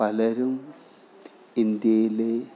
പലരും ഇന്ത്യയിലെ